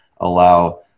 allow